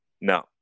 no